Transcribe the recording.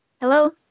Hello